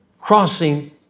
crossing